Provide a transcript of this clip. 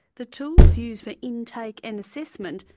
the tools used for intake and assessment,